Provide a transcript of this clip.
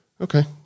Okay